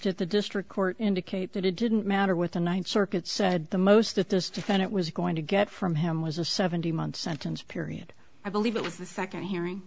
to the district court indicate that it didn't matter what the ninth circuit said the most that this defendant was going to get from him was a seventy month sentence period i believe it was the second hearing